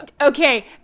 okay